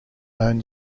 own